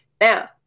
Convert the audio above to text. Now